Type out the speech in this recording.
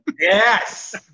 Yes